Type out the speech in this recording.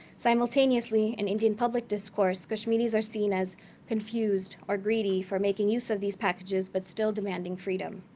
simultaneously, in indian public discourse, kashmiris are seen as confused or greedy for making use of these packages but still demanding freedom.